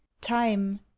time